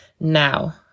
now